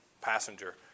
passenger